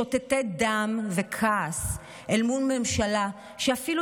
שותתי דם וכעס אל מול ממשלה שאפילו